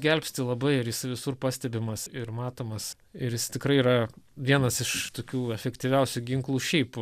gelbsti labai ir jis visur pastebimas ir matomas ir jis tikrai yra vienas iš tokių efektyviausių ginklų šiaip